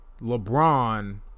LeBron